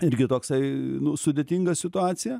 irgi toksai sudėtinga situacija